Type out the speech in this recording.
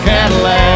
Cadillac